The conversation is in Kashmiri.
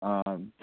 آ